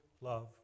love